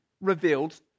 revealed